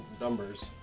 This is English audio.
numbers